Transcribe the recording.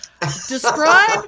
Describe